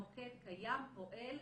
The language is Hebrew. המוקד קיים, פועל.